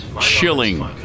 chilling